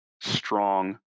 strong